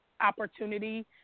opportunity